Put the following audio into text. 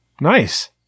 Nice